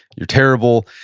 you're terrible.